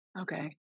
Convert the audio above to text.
Okay